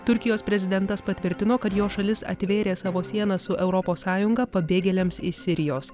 turkijos prezidentas patvirtino kad jo šalis atvėrė savo sienas su europos sąjunga pabėgėliams iš sirijos